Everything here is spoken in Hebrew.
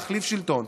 להחליף שלטון,